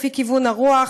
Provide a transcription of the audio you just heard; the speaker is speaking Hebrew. לפי כיוון הרוח.